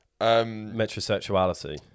metrosexuality